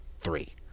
three